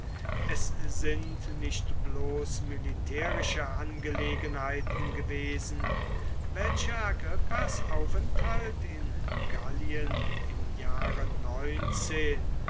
es sind nicht bloß militärische angelegenheiten gewesen welche agrippas aufenthalt in gallien im jahre